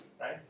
right